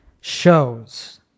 shows